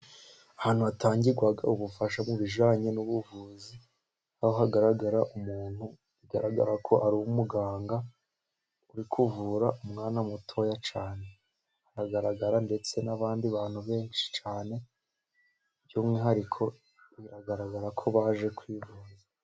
Ahantu hatangirwa ubufasha mu bijyanye n'ubuvuzi, hagaragara umuntu bigaragara ko ari umuganga uri kuvura umwana mutoya cyane, hagaragara ndetse n'abandi bantu benshi cyane, by'umwihariko biragaragara ko baje kwivuza.